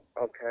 Okay